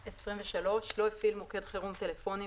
(23) לא הפעיל מוקד חירום טלפוני,